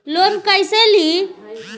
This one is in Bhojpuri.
लोन कईसे ली?